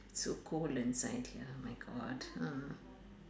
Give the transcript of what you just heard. so cold inside here my god uh